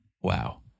wow